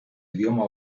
idioma